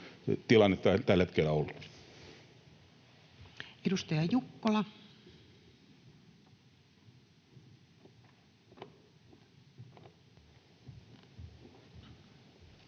tilanne tällä hetkellä ollut. Edustaja Jukkola.